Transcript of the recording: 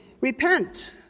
Repent